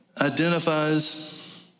identifies